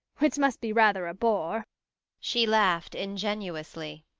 which must be rather a bore she laughed ingenuously.